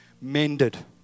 mended